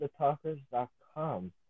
thetalkers.com